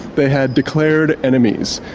they had declared enemies.